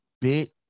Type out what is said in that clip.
bit